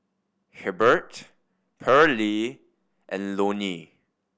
Hebert Paralee and Loney